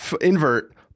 invert